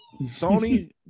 Sony